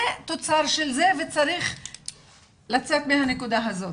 זה תוצר של זה וצריך לצאת מהנקודה הזאת.